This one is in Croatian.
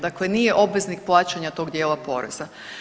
Dakle nije obveznik plaćanja tog dijela poreza.